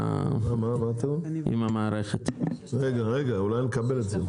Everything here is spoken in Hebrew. רגע, אולי נקבל את זה.